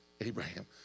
Abraham